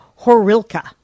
Horilka